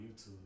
YouTube